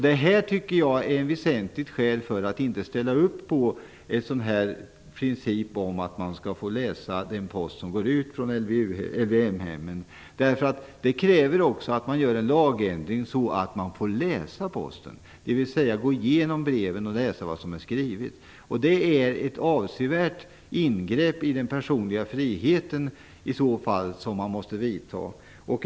Det tycker jag är ett väsentligt skäl för att inte ställa upp på en princip som går ut på att man skall få läsa post som går ut från LVM-hemmen. Det kräver nämligen också en lagändring så att man får läsa posten - gå igenom breven och läsa vad som är skrivet. Det är ett avsevärt ingrepp i den personliga friheten som i så fall måste vidtas.